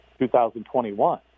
2021